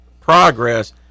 progress